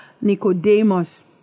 Nicodemus